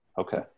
Okay